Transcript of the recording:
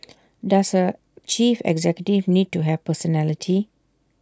does A chief executive need to have personality